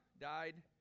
died